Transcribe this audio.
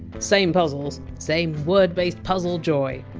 same puzzles. same word-based puzzle joy.